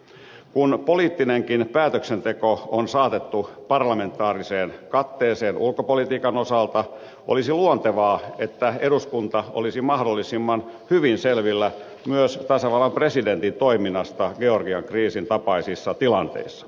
kun poliittinenkin päätöksenteko on saatettu parlamentaariseen katteeseen ulkopolitiikan osalta olisi luontevaa että eduskunta olisi mahdollisimman hyvin selvillä myös tasavallan presidentin toiminnasta georgian kriisin tapaisissa tilanteissa